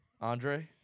Andre